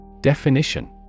Definition